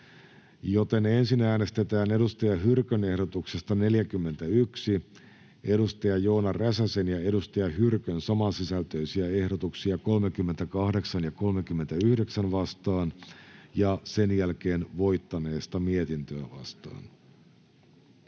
joten ensin äänestetään Saara Hyrkön ehdotuksesta 41 Joona Räsäsen ja Saara Hyrkön samansisältöisiä ehdotuksia 38 ja 39 vastaan ja sen jälkeen voittaneesta mietintöä vastaan.